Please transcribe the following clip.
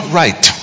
right